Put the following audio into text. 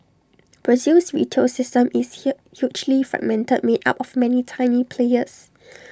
Brazil's retail system is hill hugely fragmented made up of many tiny players